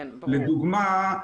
לדוגמה,